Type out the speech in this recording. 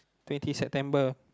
twenty September